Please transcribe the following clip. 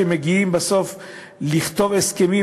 כשמגיעים בסוף לכתוב הסכמים,